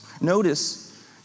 Notice